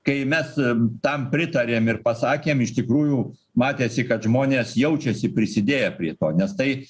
kai mes tam pritarėm ir pasakėm iš tikrųjų matėsi kad žmonės jaučiasi prisidėję prie to nes tai